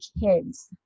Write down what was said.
kids